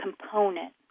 component